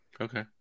Okay